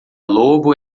lobo